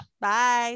Bye